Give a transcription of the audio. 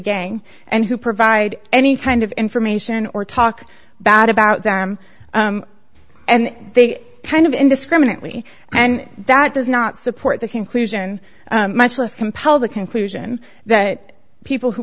gang and who provide any kind of information or talk bad about them and they kind of indiscriminately and that does not support the conclusion much less compel the conclusion that people who